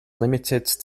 limited